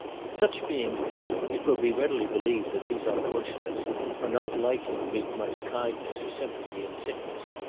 such being the feeling, it will be readily believed that these unfortunates are not likely to meet much kindness or sympathy in sickness,